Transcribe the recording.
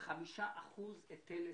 5% היטל היצף.